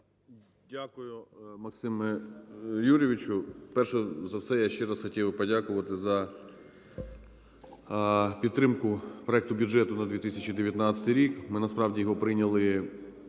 Дякую, Максиме Юрійовичу. Перш за все я ще раз хотів би подякувати за підтримку проекту бюджету на 2019 рік. Ми насправді його прийняли